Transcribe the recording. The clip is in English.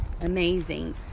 amazing